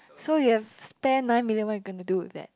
so you have spare nine million what you gonna do with that